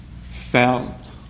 felt